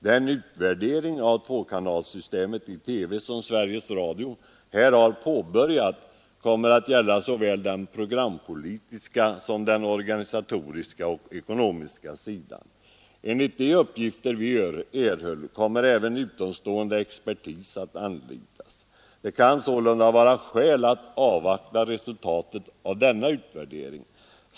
Den utvärdering av tvåkanalssystemet i TV som Sveriges Radio här har påbörjat kommer att gälla såväl den programpolitiska som den organisatoriska och ekonomiska sidan. Enligt de upplysningar vi erhöll kommer även utomstående expertis att anlitas. Det kan således vara skäl att avvakta resultatet av denna utvärdering.